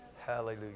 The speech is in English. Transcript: Hallelujah